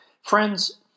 Friends